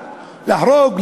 להרוג,